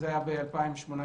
זה היה בשנים 2018,